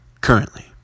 currently